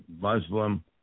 Muslim